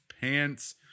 pants